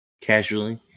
casually